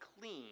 clean